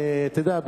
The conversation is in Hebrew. אתה יודע,